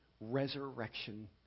Resurrection